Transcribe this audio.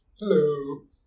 Hello